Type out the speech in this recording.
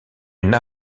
une